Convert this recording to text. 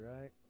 right